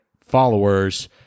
followers